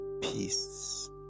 peace